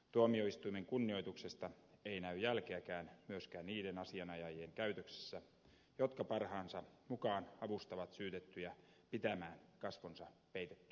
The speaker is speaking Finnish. tuomioistuimen kunnioituksesta ei näy jälkeäkään myöskään niiden asianajajien käytöksessä jotka parhaansa mukaan avustavat syytettyjä pitämään kasvonsa peitettyinä